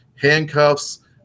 Handcuffs